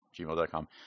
gmail.com